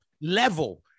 level